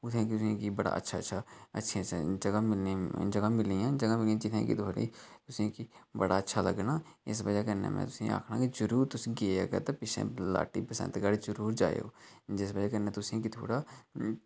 उत्थै तुसें ई बड़ी अच्छी अच्छी जगह् मिलनियां जगह् जित्थै कि थुआढ़ी तुसें ई बड़ा अच्छा लग्गना उस बजह् कन्नै में तुसें ई आखना कि जरुर तुस गे अगर ते पिच्छें लाटी बंसतगढ जरुर जाएओ जिस बजह् कन्नै तुसें ई बी थोह्ड़ा